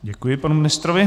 Děkuji panu ministrovi.